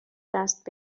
دست